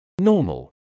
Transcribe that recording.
Normal